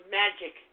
magic